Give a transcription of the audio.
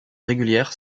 régulières